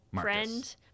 friend